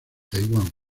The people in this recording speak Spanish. taiwan